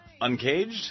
Uncaged